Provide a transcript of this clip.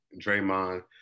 Draymond